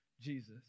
Jesus